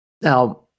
Now